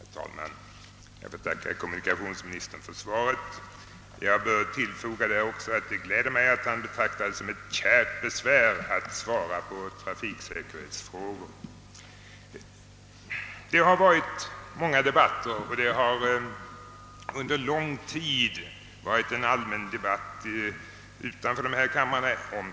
Herr talman! Jag tackar kommunikationsministern för svaret på min interpellation. Det gläder mig att kommunikationsministern betraktar det som ett kärt besvär att svara på trafiksäkerhetsfrågor. I dessa frågor har det hållits många debatter, och det har under lång tid också pågått en allmän debatt utanför denna kammare i dem.